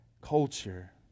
culture